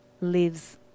lives